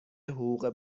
حقوق